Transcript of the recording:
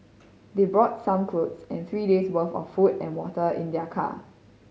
they brought some clothes and three days'worth of food and water in their car